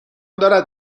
دارد